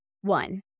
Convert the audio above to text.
one